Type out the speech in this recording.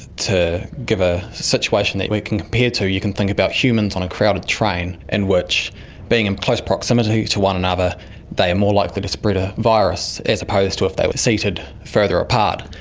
to give a situation that we can compare to, you can think about humans on a crowded train in which being in close proximity to one another they are more likely to spread a virus as opposed to if they were seated further apart.